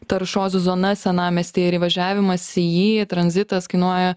taršos zona senamiesty ir įvažiavimas į jį tranzitas kainuoja